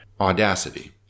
Audacity